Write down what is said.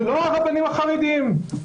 ולא הרבנים החרדיים.